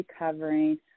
recovering